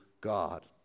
God